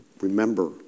Remember